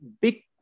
big